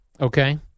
Okay